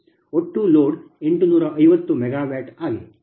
ಒಟ್ಟು load 850 megawatt ಆಗಿದೆ